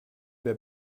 wer